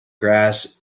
grass